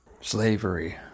slavery